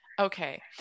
okay